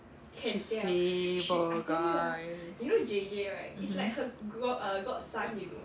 she favour guys um hmm